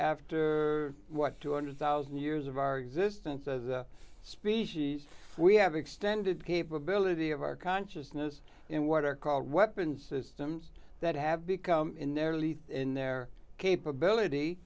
after what two hundred thousand years of our existence as a species we have extended capability of our consciousness in what are called weapons systems that have become in their early in their